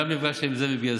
גם הגשתם את זה לבילסקי,